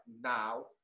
now